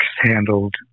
handled